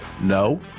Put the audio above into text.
No